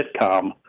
sitcom